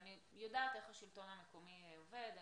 אני יודעת איך השלטון המקומי עובד,